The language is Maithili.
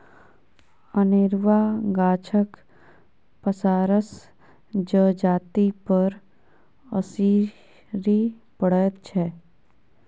अनेरूआ गाछक पसारसँ जजातिपर असरि पड़ैत छै